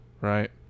Right